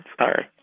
sorry